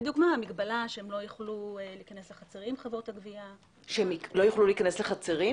לדוגמה המגבלה שחברות הגבייה לא יוכלו להיכנס לחצרים.